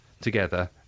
together